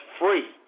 free